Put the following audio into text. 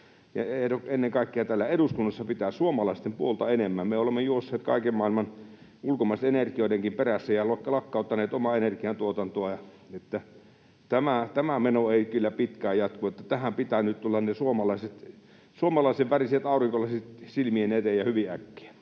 ennen kaikkea täällä eduskunnassa pitää suomalaisten puolta enemmän. Me olemme juosseet kaiken maailman ulkomaisten energioidenkin perässä ja lakkauttaneet omaa energiantuotantoamme. Tämä meno ei kyllä pitkään jatku, eli tähän pitää nyt tulla ne suomalaisen väriset aurinkolasit silmien eteen ja hyvin äkkiä.